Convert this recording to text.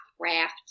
craft